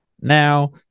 now